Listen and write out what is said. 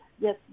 yes